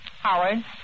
Howard